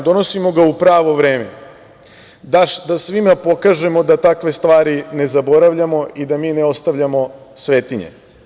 Donosimo ga u pravo vreme da svima pokažemo da takve stvari ne zaboravljamo i da mi ne ostavljamo svetinje.